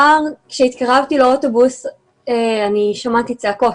כבר כשהתקרבתי לאוטובוס שמעתי צעקות,